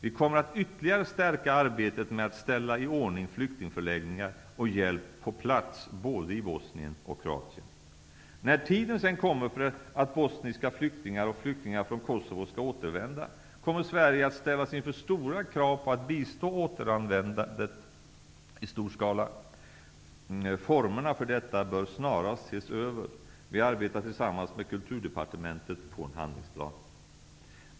Vi kommer att ytterligare stärka arbetet med att ställa i ordning flyktingförläggningar och hjälp på plats både i När tiden kommer för att bosniska flyktingar och flyktingar från Kosovo skall återvända, kommer Sverige att ställas inför stora krav på att bistå återvändandet i stor skala. Formerna för detta bör snarast ses över. Vi arbetar tillsammans med Kulturdepartementet på en handlingsplan.